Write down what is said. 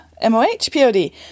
M-O-H-P-O-D